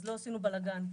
אז לא עשינו בלגן.